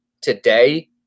today